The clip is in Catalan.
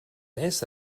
més